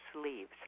sleeves